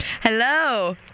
Hello